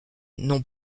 non